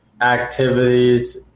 activities